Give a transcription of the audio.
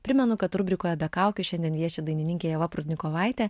primenu kad rubrikoje be kaukių šiandien vieši dainininkė ieva prudnikovaitė